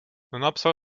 nenapsal